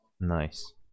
nice